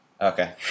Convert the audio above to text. Okay